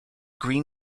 green